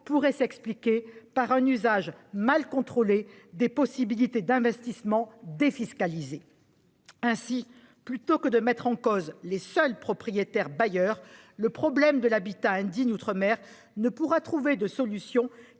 pourraient s'expliquer par un usage mal contrôlé des possibilités d'investissement défiscalisé. Aussi, plutôt que de mettre en cause les seuls propriétaires bailleurs, le problème de l'habitat indigne outre-mer ne pourra trouver de solutions